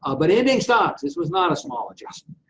ah but ending stocks this was not a small adjustment.